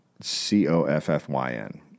C-O-F-F-Y-N